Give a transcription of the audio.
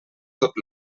tot